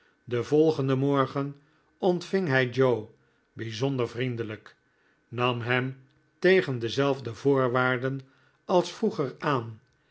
den volgenden morgen ontving hij joe bijzonder vriendelijk nam hem tegen dezelfde voorwaarden als vroeger aan